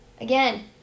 Again